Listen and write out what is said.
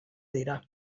dira